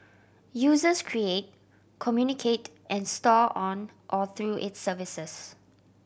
users create communicate and store on or through its services